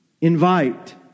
Invite